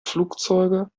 flugzeuge